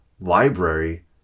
library